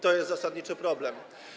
To jest zasadniczy problem.